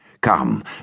Come